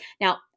Now